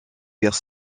guerre